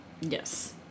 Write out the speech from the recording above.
Yes